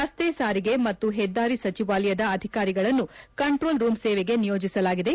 ರಸ್ತೆ ಸಾರಿಗೆ ಮತ್ತು ಹೆದ್ದಾರಿ ಸಚಿವಲಯದ ಅಧಿಕಾರಿಗಳನ್ನು ಕಂಟ್ರೋಲ್ ರೂಂ ಸೇವೆಗೆ ನಿಯೋಜಿಸಲಾಗಿದೆ